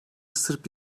sırp